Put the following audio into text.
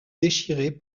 déchirés